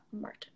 Martin